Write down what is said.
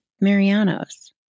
Mariano's